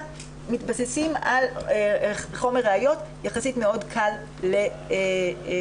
מתבססים על חומר ראיות יחסית מאוד קל לפענוח.